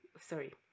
sorry